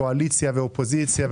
קואליציה ואופוזיציה יחדיו.